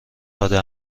داده